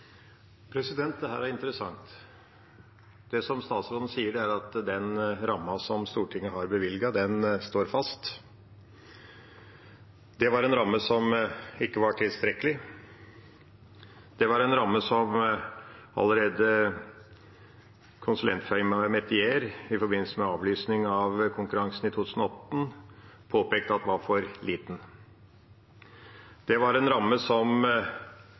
er interessant. Det statsråden sier, er at den rammen som Stortinget har bevilget, står fast. Det var en ramme som ikke var tilstrekkelig. Det var en ramme som konsulentfirmaet Metier allerede i forbindelse med avlysningen av konkurransen i 2018 påpekte var for liten. Det var en ramme som